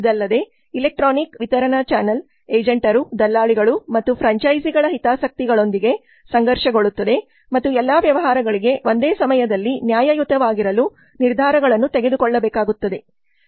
ಇದಲ್ಲದೆ ಎಲೆಕ್ಟ್ರಾನಿಕ್ ವಿತರಣಾ ಚಾನಲ್ ಏಜೆಂಟರು ದಲ್ಲಾಳಿಗಳು ಮತ್ತು ಫ್ರಾಂಚೈಸಿಗಳ ಹಿತಾಸಕ್ತಿಗಳೊಂದಿಗೆ ಸಂಘರ್ಷಗೊಳ್ಳುತ್ತದೆ ಮತ್ತು ಎಲ್ಲಾ ವ್ಯವಹಾರಗಳಿಗೆ ಒಂದೇ ಸಮಯದಲ್ಲಿ ನ್ಯಾಯಯುತವಾಗಿರಲು ನಿರ್ಧಾರಗಳನ್ನು ತೆಗೆದುಕೊಳ್ಳಬೇಕಾಗುತ್ತದೆ